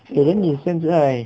可能你现在